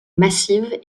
massive